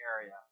area